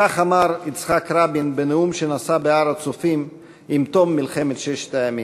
כך אמר יצחק רבין בנאום שנשא בהר-הצופים עם תום מלחמת ששת הימים.